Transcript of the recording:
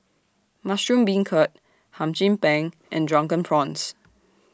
Mushroom Beancurd Hum Chim Peng and Drunken Prawns